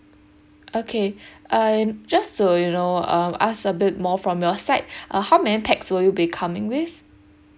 okay um just to you know um ask a bit more from your side uh how many pax will you be coming with